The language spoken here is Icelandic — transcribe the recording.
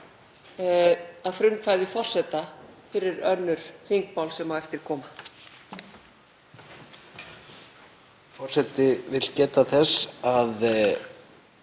að frumkvæði forseta fyrir önnur þingmál sem á eftir koma.